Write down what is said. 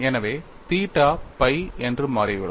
எனவே theta pi என்று மாறிவிடும்